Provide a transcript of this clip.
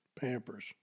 Pampers